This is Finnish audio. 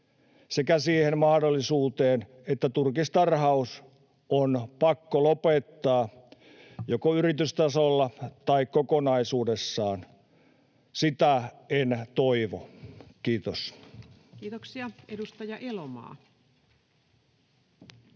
sekä siihen mahdollisuuteen, että turkistarhaus on pakko lopettaa joko yritystasolla tai kokonaisuudessaan. Sitä en toivo. — Kiitos. [Speech 147]